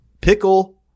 pickle